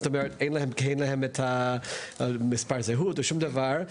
כי אין להם מספר זהות ושום דבר,